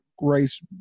race